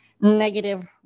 negative